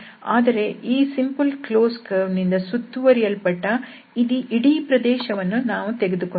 ಆದರೆ ಈ simple closed ಕರ್ವ್ನಿಂದ ಸುತ್ತುವರಿಯಲ್ಪಟ್ಟ ಇಡೀ ಪ್ರದೇಶವನ್ನು ನಾವು ತೆಗೆದುಕೊಂಡಿಲ್ಲ